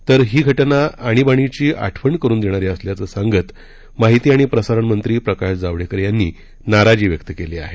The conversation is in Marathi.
तर ही घटना आणीबाणीची आठवण करून देणारी असल्याचं सांगत माहिती आणि प्रसारण मंत्री प्रकाश जावडेकर यांनी नाराजी व्यक्त केली आहे